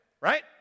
Right